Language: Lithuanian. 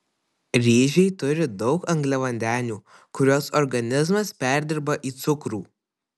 ryžiai turi daug angliavandenių kuriuos organizmas perdirba į cukrų